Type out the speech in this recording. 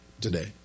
today